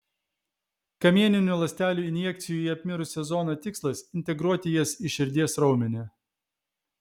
kamieninių ląstelių injekcijų į apmirusią zoną tikslas integruoti jas į širdies raumenį